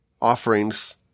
offerings